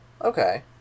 okay